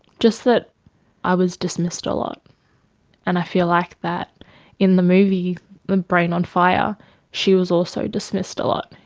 just that i was dismissed a lot and i feel like that in the movie brain on fire she was also dismissed a lot.